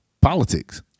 politics